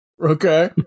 Okay